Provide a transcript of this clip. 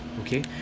Okay